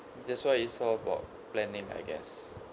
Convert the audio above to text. that's what it's all about planning I guess